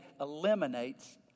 eliminates